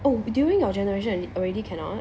oh during our generation already cannot